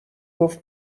گفت